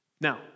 Now